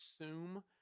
assume